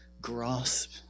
grasp